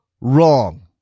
wrong